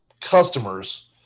customers